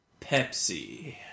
Pepsi